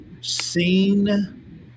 seen